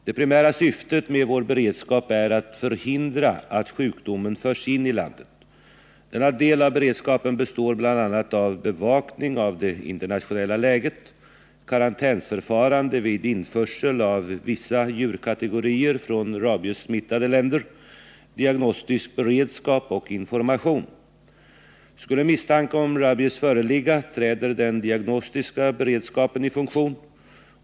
Det primära syftet med vår beredskap är att förhindra att sjukdomen förs in i landet. Denna del av beredskapen består bl.a. av bevakning av det internationella läget, karantänsförfarande vid införsel av vissa djurkategorier från rabiessmittade länder, diagnostisk beredskap och information. Skulle misstanke om rabies föreligga, träder den diagnostiska beredskapen i funktion.